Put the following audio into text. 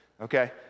okay